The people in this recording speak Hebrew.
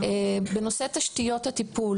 נושא תשתיות הטיפול